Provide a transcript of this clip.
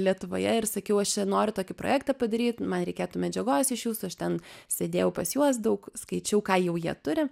lietuvoje ir sakiau aš čia noriu tokį projektą padaryt nu man reikėtų medžiagos iš jūsų aš ten sėdėjau pas juos daug skaičiau ką jau jie turi